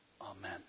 Amen